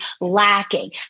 lacking